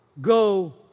go